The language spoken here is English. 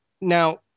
Now